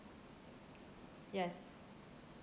yes